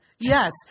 Yes